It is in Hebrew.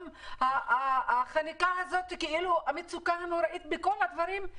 גם המצוקה הנוראית בשאר הדברים.